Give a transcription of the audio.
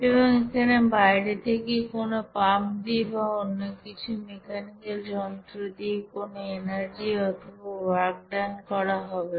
এবং এখানে বাইরে থেকে কোন পাম্প দিয়ে বা অন্য কিছু মেকানিক্যাল যন্ত্র দিয়ে কোন এনার্জি অথবা ওয়ার্ক ডান করা হবে না